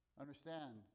Understand